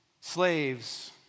Slaves